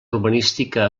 urbanística